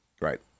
right